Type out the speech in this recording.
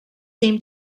seem